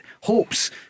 hopes